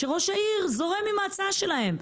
שראש העיר זורם עם ההצעה שלהם.